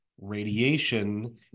radiation